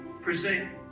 Present